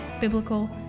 biblical